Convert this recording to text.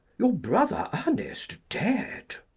your brother ernest dead?